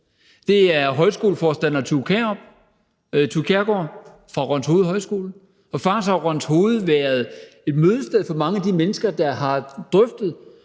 det er højskoleforstander Thue Kjærhus fra Rønshoved Højskole. Og faktisk har Rønshoved været et mødested for mange af de mennesker, der har drøftet